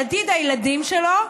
על עתיד הילדים שלו,